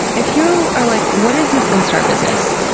if you are like, what is this instar business?